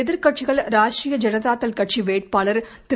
எதிர்கட்சிகள் ராஷ்ட்ரிய ஜனதா தள் கட்சி வேட்பாளர் திரு